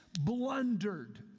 blundered